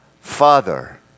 Father